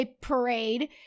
parade